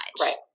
Right